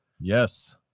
Yes